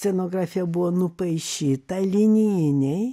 scenografija buvo nupaišyta linijiniai